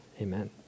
amen